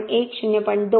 1 0